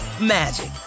magic